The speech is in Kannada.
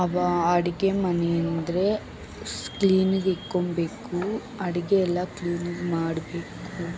ಅವ ಅಡಿಗೆ ಮನೆ ಅಂದರೆ ಕ್ಲೀನ್ಗೆ ಇಕ್ಕೋಬೇಕು ಅಡಿಗೆ ಎಲ್ಲ ಕ್ಲೀನಾಗ್ ಮಾಡಬೇಕು